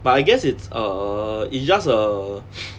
but I guess it's err it's just a